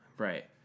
Right